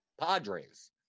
Padres